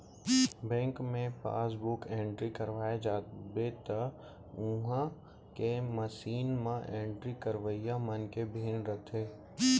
bank मे passbook entry करवाए जाबे त उहॉं के मसीन म एंट्री करवइया मन के भीड़ रथे